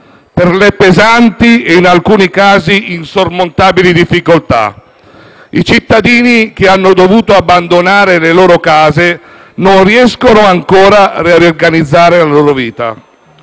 per le pesanti e, in alcuni casi, insormontabili difficoltà. I cittadini che hanno dovuto abbandonare le loro case non riescono ancora a riorganizzare la loro vita;